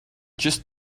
just